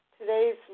Today's